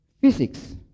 Physics